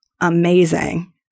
amazing